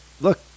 Look